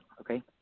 Okay